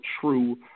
true